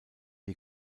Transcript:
die